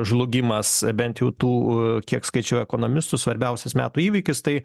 žlugimas bent jau tų kiek skaičiau ekonomistų svarbiausias metų įvykis tai